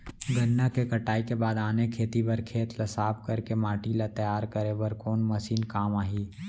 गन्ना के कटाई के बाद आने खेती बर खेत ला साफ कर के माटी ला तैयार करे बर कोन मशीन काम आही?